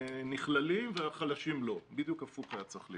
נכללים והחלשים לא; היה צריך להיות בדיוק הפוך.